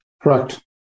Correct